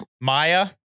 maya